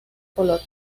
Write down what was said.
color